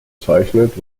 bezeichnet